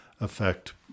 affect